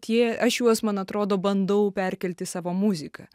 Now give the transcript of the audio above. tie aš juos man atrodo bandau perkelt į savo muziką